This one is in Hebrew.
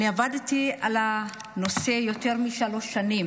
משה סולומון